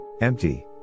Empty